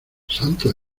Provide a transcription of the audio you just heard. santo